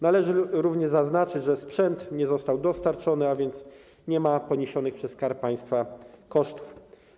Należy również zaznaczyć, że sprzęt nie został dostarczony, a więc nie ma poniesionych przez Skarb Państwa kosztów.